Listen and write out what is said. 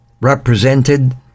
represented